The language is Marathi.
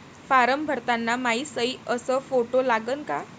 फारम भरताना मायी सयी अस फोटो लागन का?